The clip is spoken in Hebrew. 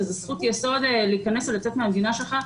שזאת זכות יסוד להיכנס ולצאת מהמדינה שלך.